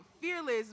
fearless